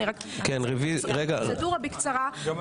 אני רק אזכיר בקצרה את הפרוצדורה.